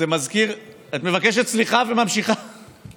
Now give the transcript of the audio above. זה מזכיר את מבקשת סליחה וממשיכה.